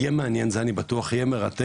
יהיה מעניין, יהיה מרתק.